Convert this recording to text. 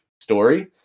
story